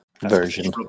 version